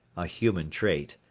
a human trait.